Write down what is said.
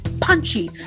punchy